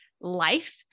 life